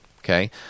Okay